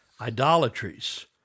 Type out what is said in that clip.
idolatries